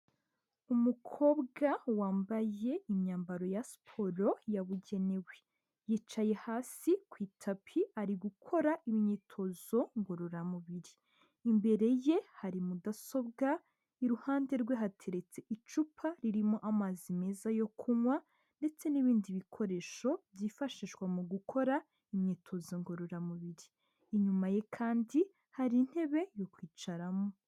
Umukobwa wambaye imyambaro ya siporo yabugenewe, yicaye hasi ku itapi ari gukora imyitozo ngororamubiri, imbere ye hari mudasobwa, iruhande rwe hateretse icupa ririmo amazi meza yo kunywa ndetse n'ibindi bikoresho byifashishwa mu gukora imyitozo ngororamubiri, inyuma ye kandi hari intebe yo kwicaramo.